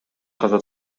каза